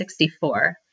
1964